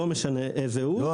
לא משנה איזה הוא --- לא,